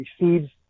receives